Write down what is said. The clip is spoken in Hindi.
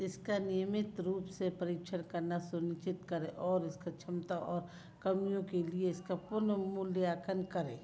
इसका नियमित रूप से परीक्षण करना सुनिश्चित करें और इसका क्षमता और कमियों के लिए इसका पूर्ण मूल्यांकन करें